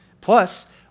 Plus